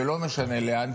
לא משנה לאן,